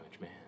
man